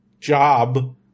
job